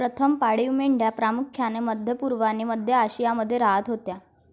प्रथम पाळीव मेंढ्या प्रामुख्याने मध्य पूर्व आणि मध्य आशियामध्ये राहत होत्या